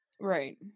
right